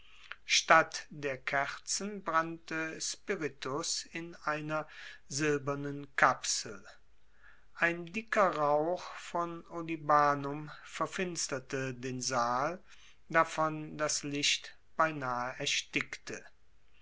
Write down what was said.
statt der kerzen brannte spiritus in einer silbernen kapsel ein dicker rauch von olibanum verfinsterte den saal davon das licht beinahe erstickte